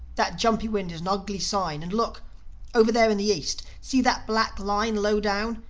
that jumpy wind is an ugly sign. and look over there in the east see that black line, low down?